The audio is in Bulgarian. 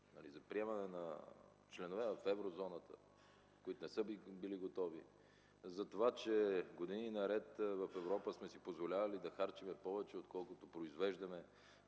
за приемане на членове в Еврозоната, които не са били готови, за това, че години наред в Европа сме си позволявали да харчим повече, отколкото произвеждаме.